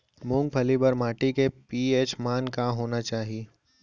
मूंगफली बर माटी के पी.एच मान का होना चाही?